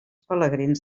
pelegrins